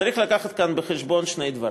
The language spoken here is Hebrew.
צריך לקחת כאן בחשבון שני דברים: